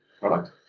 product